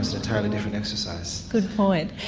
entirely different exercise. good point.